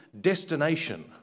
destination